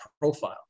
profile